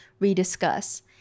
rediscuss